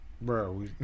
bro